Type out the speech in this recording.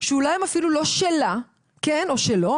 שהן אולי אפילו לא שלה או שלו,